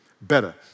better